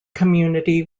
community